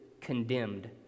condemned